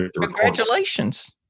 Congratulations